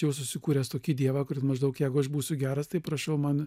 jau susikūręs tokį dievą kuris maždaug jeigu aš būsiu geras tai prašau man